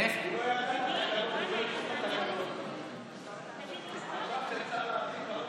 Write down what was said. הוא חשב שאפשר להוציא חבר כנסת באמצע הצבעה.